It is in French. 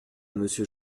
monsieur